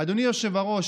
אדוני היושב-ראש,